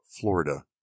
Florida